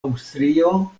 aŭstrio